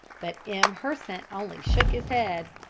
but m. hersant only shook his head.